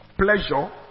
pleasure